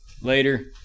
Later